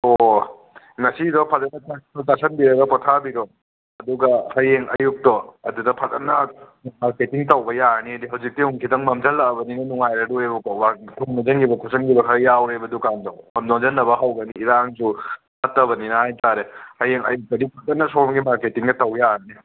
ꯑꯣ ꯉꯁꯤꯗꯣ ꯐꯖꯅ ꯆꯥꯛꯇꯣ ꯆꯥꯁꯤꯟꯕꯤꯔꯒ ꯄꯣꯊꯥꯕꯤꯔꯣ ꯑꯗꯨꯒ ꯍꯌꯦꯡ ꯑꯌꯨꯛꯇꯣ ꯑꯗꯨꯗ ꯐꯖꯅ ꯃꯥꯔꯀꯦꯇꯤꯡ ꯇꯧꯕ ꯌꯥꯔꯅꯤꯗꯤ ꯍꯧꯖꯤꯛꯇꯤ ꯑꯃꯨꯛ ꯈꯤꯇꯪ ꯃꯝꯁꯤꯜꯂꯛꯂꯕꯅꯤꯅ ꯅꯨꯉꯥꯏꯔꯔꯣꯏꯕꯀꯣ ꯋꯥꯔꯅꯤꯅ ꯊꯣꯡ ꯂꯣꯟꯖꯟꯈꯤꯕ ꯈꯣꯠꯁꯟꯈꯤꯕ ꯈꯔ ꯌꯥꯎꯔꯦꯕ ꯗꯨꯀꯥꯟꯗꯣ ꯂꯣꯟꯁꯤꯟꯅꯕ ꯍꯧꯈ꯭ꯔꯅꯤ ꯏꯔꯥꯡꯁꯨ ꯐꯠꯇꯕꯅꯤꯅ ꯍꯥꯏ ꯇꯥꯔꯦ ꯍꯌꯦꯡ ꯑꯌꯨꯛꯇꯒꯤ ꯐꯖꯅ ꯁꯣꯝꯒꯤ ꯃꯥꯔꯀꯦꯇꯤꯡꯒ ꯇꯧ ꯌꯥꯔꯅꯤ